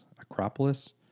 Acropolis